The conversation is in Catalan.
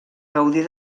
gaudir